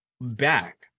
back